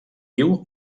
viu